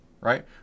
right